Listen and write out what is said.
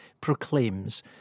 proclaims